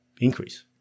increase